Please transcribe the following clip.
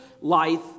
life